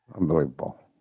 Unbelievable